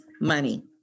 money